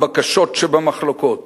גם בקשות שבמחלוקות,